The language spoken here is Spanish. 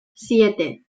siete